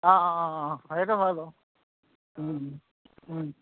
অঁ অঁ অঁ অঁ সেইটো হয় বাৰু